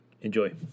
enjoy